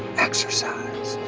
exercise.